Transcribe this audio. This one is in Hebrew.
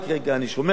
אני שומר על עצמי,